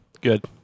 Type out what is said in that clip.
good